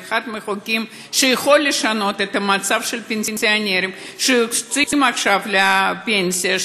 אחד החוקים שיכולים לשנות את המצב של הפנסיונרים שיוצאים עכשיו לפנסיה,